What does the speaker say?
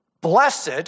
Blessed